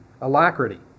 alacrity